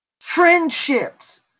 Friendships